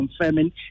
confirming